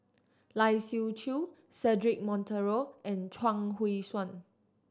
Lai Siu Chiu Cedric Monteiro and Chuang Hui Tsuan